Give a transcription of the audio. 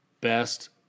Best